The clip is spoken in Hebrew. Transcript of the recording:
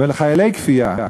חיילי כפייה,